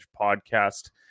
Podcast